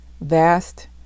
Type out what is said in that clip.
vast